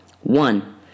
One